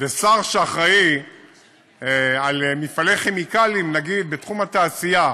ששר שאחראי למפעלי כימיקלים בתחום התעשייה,